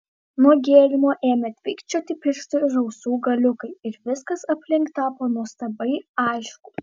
nuo gėrimo ėmė tvinkčioti pirštų ir ausų galiukai ir viskas aplink tapo nuostabiai aišku